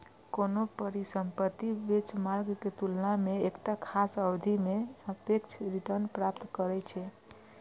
कोनो परिसंपत्ति बेंचमार्क के तुलना मे एकटा खास अवधि मे सापेक्ष रिटर्न प्राप्त करै छै